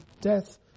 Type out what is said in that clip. death